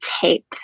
tape